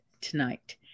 tonight